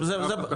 לאו דווקא